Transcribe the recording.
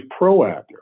proactive